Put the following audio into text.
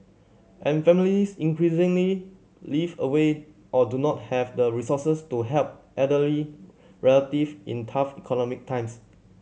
and families increasingly live away or do not have the resources to help elderly relative in tough economic times